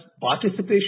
participation